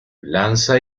lanza